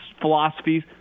philosophies